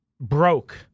broke